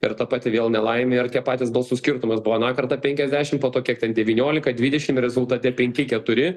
ir ta pati vėl nelaimė ir tie patys balsų skirtumas buvo aną kartą penkiasdešim po to kiek ten devyniolika dvidešim rezultate penki keturi